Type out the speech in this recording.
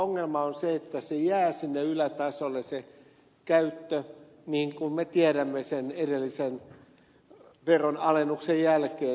ongelma on se että se käyttö jää sinne ylätasolle niin kuin me tiedämme sen edellisen veronalennuksen jälkeen